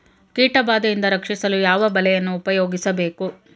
ಕೀಟಬಾದೆಯಿಂದ ರಕ್ಷಿಸಲು ಯಾವ ಬಲೆಯನ್ನು ಉಪಯೋಗಿಸಬೇಕು?